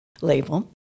label